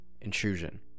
intrusion